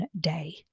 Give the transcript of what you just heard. day